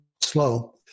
slow